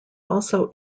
also